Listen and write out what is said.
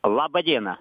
laba diena